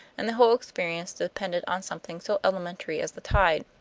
and the whole experience depended on something so elementary as the tide.